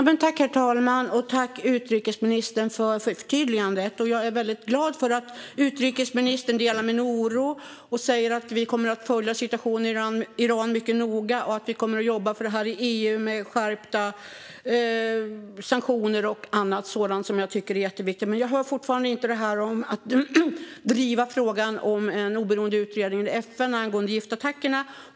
Herr talman! Tack, utrikesministern, för förtydligandet! Jag är väldigt glad för att utrikesministern delar min oro och säger att Sverige kommer att följa situationen i Iran mycket noga och jobba för detta i EU med skärpta sanktioner och annat sådant som jag tycker är jätteviktigt. Men jag hör fortfarande inte något om att driva frågan om en oberoende utredning i FN angående giftattackerna.